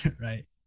Right